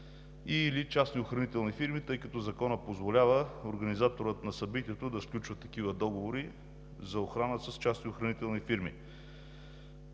или частни охранителни фирми, тъй като законът позволява организаторът на събитието да сключва такива договори за охрана с частни охранителни фирми.